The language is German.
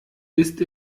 ist